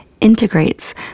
integrates